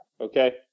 okay